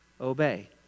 obey